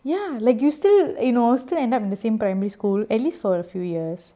ya like you still you know still end up in the same primary school at least for a few years